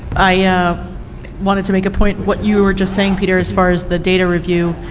i wanted to make a point, what you were just saying peter, as far as the data review.